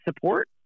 support